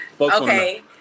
Okay